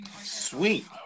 Sweet